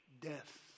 death